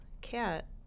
cat